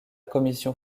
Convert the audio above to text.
commission